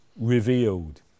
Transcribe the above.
revealed